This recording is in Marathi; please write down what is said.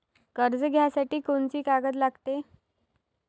कर्ज घ्यासाठी कोनची कागद लागते?